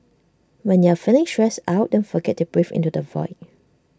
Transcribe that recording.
when you are feeling stressed out don't forget to breathe into the void